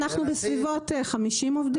בסביבות 50 עובדים.